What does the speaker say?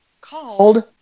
called